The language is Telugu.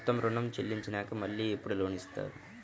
మొత్తం ఋణం చెల్లించినాక మళ్ళీ ఎప్పుడు లోన్ ఇస్తారు?